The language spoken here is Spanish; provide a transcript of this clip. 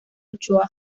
ochoa